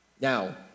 Now